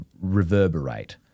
reverberate